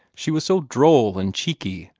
she was so droll and cheeky,